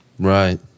Right